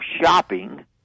shopping